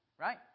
right